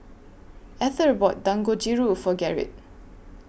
Ether bought Dangojiru For Gerrit